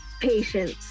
patience